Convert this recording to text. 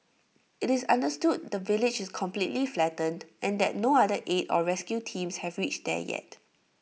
IT is understood the village is completely flattened and that no other aid or rescue teams have reached there yet